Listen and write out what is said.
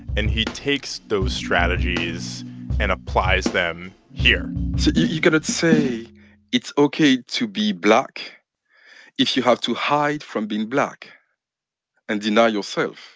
and he takes those strategies and applies them here so you cannot say it's ok to be black if you have to hide from being black and deny yourself